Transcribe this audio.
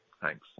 Thanks